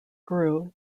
grew